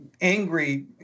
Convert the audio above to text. angry